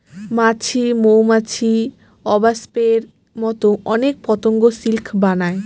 মাছি, মৌমাছি, ওবাস্পের মতো অনেক পতঙ্গ সিল্ক বানায়